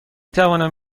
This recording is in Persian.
توانم